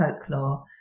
folklore